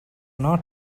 not